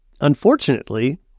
Unfortunately